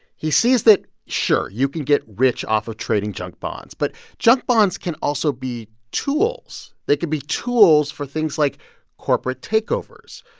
he sees that, sure, you can get rich off of trading junk bonds, but junk bonds can also be tools. they could be tools for things like corporate takeovers,